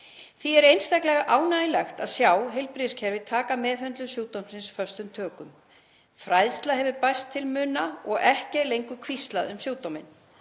Því er einstaklega ánægjulegt að sjá heilbrigðiskerfið taka meðhöndlun sjúkdómsins föstum tökum. Fræðsla hefur bæst til muna og ekki er lengur hvíslað um sjúkdóminn.